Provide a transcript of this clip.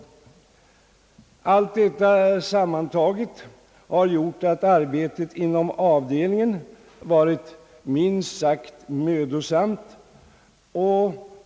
Allt detta sammantaget har gjort att arbetet inom avdelningen varit minst sagt mödosamt.